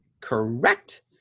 correct